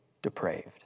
Depraved